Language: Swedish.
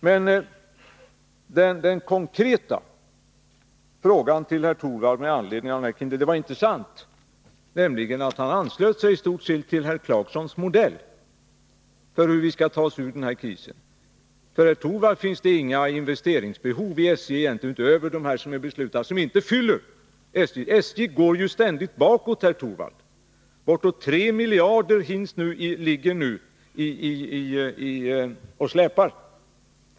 Men jag hade en konkret fråga till herr Torwald. Det var intressant att konstatera att han i stort sett anslöt sig till herr Clarksons modell för hur vi skall ta oss ur krisen. För herr Torwald finns det egentligen inga investeringar i SJ utöver dem som vi beslutat om och som inte är till fyllest för behoven. SJ går ju ständigt bakåt, herr Torwald. Bortåt 3 miljarder ligger och släpar.